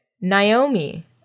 Naomi